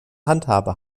handhabe